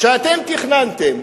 שאתם תכננתם,